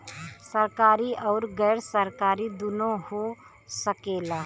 सरकारी आउर गैर सरकारी दुन्नो हो सकेला